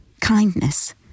kindness